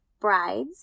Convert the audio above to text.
brides